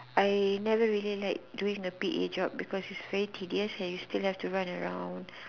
I never really like doing a P_A job because it is very tedious and you still have to run around